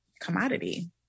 commodity